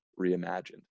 Reimagined